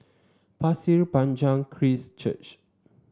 Pasir Panjang Christ Church